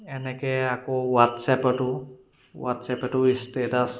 এনেকে আকৌ হোৱাটছআপতো হোৱাটছআপতো ষ্টেছাচ